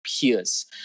peers